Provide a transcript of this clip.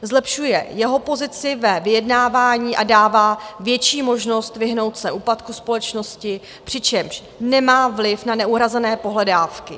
Zlepšuje jeho pozici ve vyjednávání a dává větší možnost vyhnout se úpadku společnosti, přičemž nemá vliv na neuhrazené pohledávky.